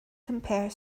compare